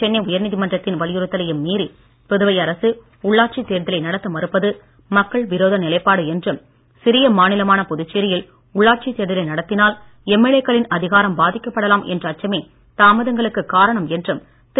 சென்னை உச்சநீதிமன்றம் மற்றும் வலியுறுத்தலையும் மீறி புதுவை அரசு உள்ளாட்சித் தேர்தலை நடத்த மறுப்பது மக்கள் விரோத நிலைப்பாடு என்றும் சிறிய மாநிலமான புதுச்சேரியில் உள்ளாட்சித் தேர்தலை நடத்தினால் எம்எல்ஏக்களின் அதிகாரம் பாதிக்கப்படலாம் என்ற அச்சமே தாமதங்களுக்கு காரணம் என்றும் திரு